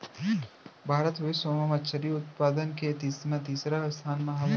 भारत बिश्व मा मच्छरी उत्पादन मा तीसरा स्थान मा हवे